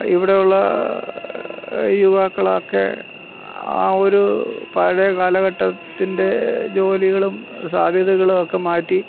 ഇവിടെ ഉള്ള ഈ യുവാക്കളൊക്കെ ആ ഒരു പഴയ കാലഘട്ടത്തിൻ്റെ ജോലികളും സാധ്യതകളൊക്കെ മാറ്റി